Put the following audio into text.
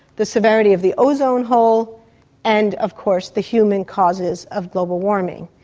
the severity of the ozone hole and of course the human causes of global warming.